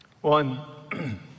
One